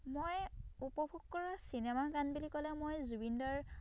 মই উপভোগ কৰা চিনেমাৰ গান বুলি ক'লে মই জুবিনদাৰ